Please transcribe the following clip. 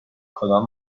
کدام